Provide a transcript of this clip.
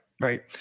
right